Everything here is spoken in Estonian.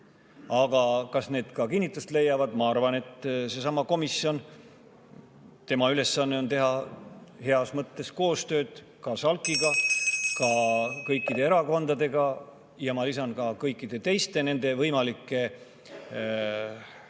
aga kas need ka kinnitust leiavad? Ma arvan, et sellesama komisjoni ülesanne on teha heas mõttes koostööd ka SALK-iga ja kõikide erakondadega – ja ma lisan, et ka kõikide teiste võimalike